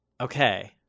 Okay